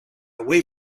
away